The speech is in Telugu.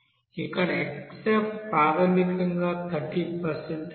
ఇక్కడ xF ప్రాథమికంగా 30 అంటే 0